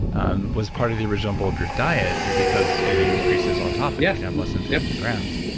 um was part of the original bulletproof diet because it increases autophagy, you have less than fifteen grams.